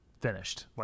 finished